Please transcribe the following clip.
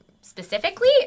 specifically